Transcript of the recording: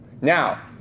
Now